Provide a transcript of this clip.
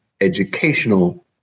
Educational